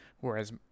whereas